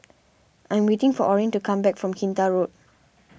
I'm waiting for Orrin to come back from Kinta Road